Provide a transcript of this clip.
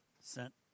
sent